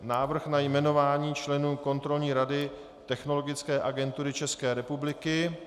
Návrh na jmenování členů Kontrolní rady Technologické agentury České republiky